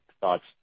thoughts